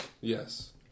yes